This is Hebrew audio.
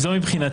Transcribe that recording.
אבל זה לא נכון.